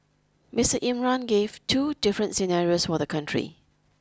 Mister Imran gave two different scenarios for the country